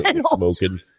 smoking